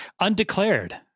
undeclared